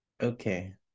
Okay